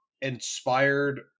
inspired